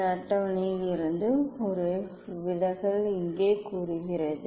இந்த அட்டவணையில் இருந்து ஒரு விலகல் இங்கே கூறுகிறது